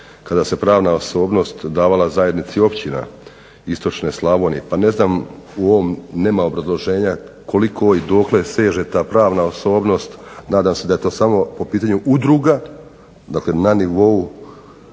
kada se pravna osobnost davala zajednici općina istočne Slavonije, pa ne znam u ovom nema obrazloženja koliko i dokle seže ta pravna osobnost. Nadam se da je to samo po pitanju udruga, dakle na nivou udruga,